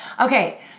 Okay